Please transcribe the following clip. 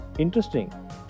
Interesting